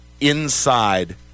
inside